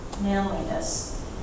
manliness